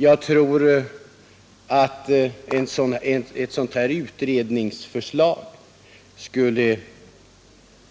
Jag tror att ett förslag om en sådan här utredning skulle